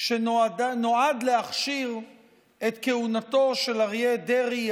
שנועד להכשיר את כהונתו של אריה דרעי,